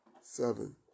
Seven